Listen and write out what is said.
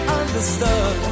understood